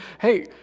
Hey